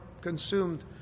consumed